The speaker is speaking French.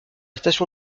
station